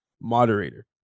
moderator